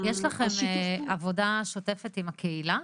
יש לכם עבודה שוטפת עם הקהילה?